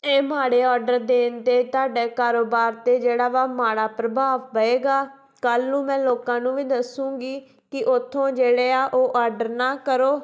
ਅਤੇ ਮਾੜੇ ਔਡਰ ਦੇਣ 'ਤੇ ਤੁਹਾਡੇ ਕਾਰੋਬਾਰ 'ਤੇ ਜਿਹੜਾ ਵਾ ਮਾੜਾ ਪ੍ਰਭਾਵ ਪਵੇਗਾ ਕੱਲ੍ਹ ਨੂੰ ਮੈਂ ਲੋਕਾਂ ਨੂੰ ਵੀ ਦੱਸੂੰਗੀ ਕਿ ਉੱਥੋਂ ਜਿਹੜੇ ਆ ਉਹ ਆਡਰ ਨਾ ਕਰੋ